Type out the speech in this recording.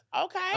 Okay